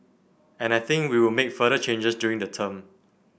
and I think we will make further changes during the term